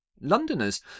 Londoners